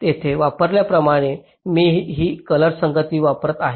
येथे वापरल्याप्रमाणे मी ही कलर संगती वापरत आहे